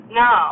no